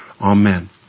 Amen